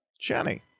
Jenny